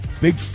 big